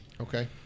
Okay